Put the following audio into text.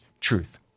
truth